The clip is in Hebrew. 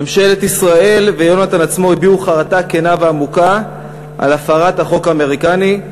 ממשלת ישראל ויונתן עצמו הביעו חרטה כנה ועמוקה על הפרת החוק האמריקני.